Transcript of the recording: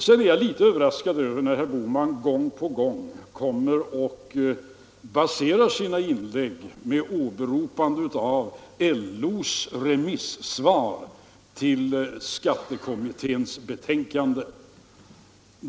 Sedan är jag litet överraskad över att herr Bohman gång på gång i sina inlägg åberopar LO:s remissyttrande till skattekommitténs betänkande.